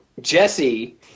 Jesse